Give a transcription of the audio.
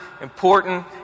important